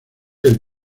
del